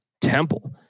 temple